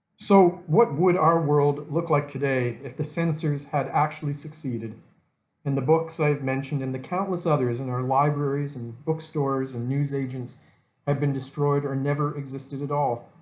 so what would our world look like today if the censors had actually succeeded in the books i've mentioned in the countless others in our libraries and bookstores and news agents had been destroyed or never existed at all?